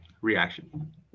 reaction